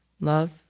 love